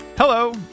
Hello